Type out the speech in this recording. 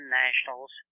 nationals